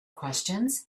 questions